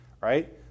Right